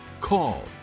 call